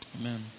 Amen